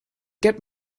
get